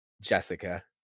Jessica